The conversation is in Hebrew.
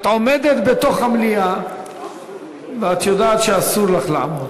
את עומדת בתוך המליאה ואת יודעת שאסור לך לעמוד.